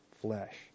flesh